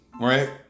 right